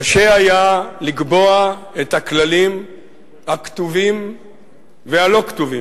קשה היה לקבוע את הכללים הכתובים והלא-כתובים.